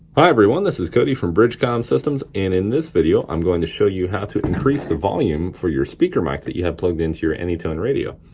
hi everyone, this is cody from bridgecom systems and in this video i'm going to show you how to increase the volume for your speaker mic that you have plugged into your anytone radio.